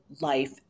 life